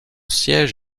siège